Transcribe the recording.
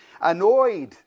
annoyed